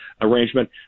arrangement